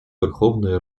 верховної